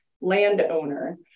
landowner